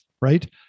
right